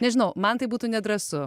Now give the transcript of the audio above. nežinau man tai būtų nedrąsu